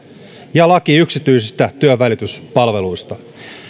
ja laki yksityisistä työnvälityspalveluista